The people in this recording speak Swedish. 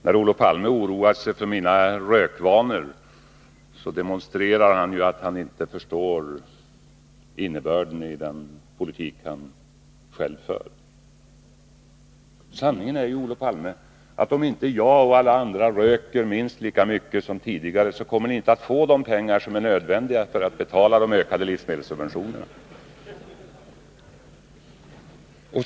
Herr talman! När Olof Palme oroar sig för mina rökvanor demonstrerar han ju att han inte förstår innebörden i den politik han själv för. Sanningen är, Olof Palme, att om inte jag och alla andra röker minst lika mycket som tidigare, kommer ni inte att få de pengar som är nödvändiga för att betala de ökade livsmedelssubventionerna.